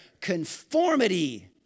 conformity